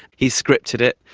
he scripted it.